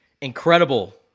Incredible